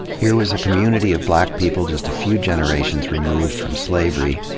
here was a community of black people just a few generations removed from slavery,